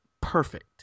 perfect